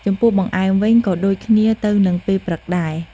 ចំពោះបង្អែម វិញក៍ដូចគ្នាទៅនឹងពេលព្រឹកដែរ។